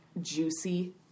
juicy